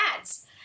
ads